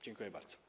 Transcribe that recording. Dziękuję bardzo.